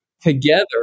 together